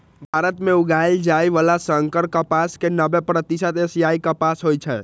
भारत मे उगाएल जाइ बला संकर कपास के नब्बे प्रतिशत एशियाई कपास होइ छै